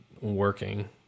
working